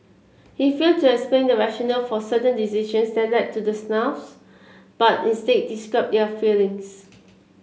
he failed to explain the rationale for certain decisions that led to the snafus but instead described their failings